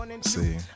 See